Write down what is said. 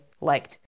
liked